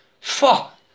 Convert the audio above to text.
fuck